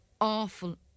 awful